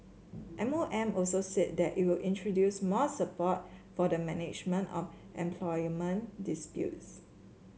M O M also said that it will introduce more support for the management of employment disputes